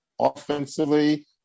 offensively